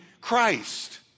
Christ